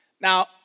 Now